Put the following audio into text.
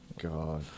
God